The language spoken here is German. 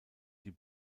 die